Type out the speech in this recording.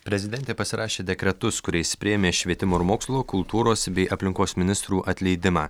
prezidentė pasirašė dekretus kuriais priėmė švietimo ir mokslo kultūros bei aplinkos ministrų atleidimą